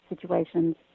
situations